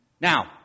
Now